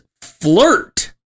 flirt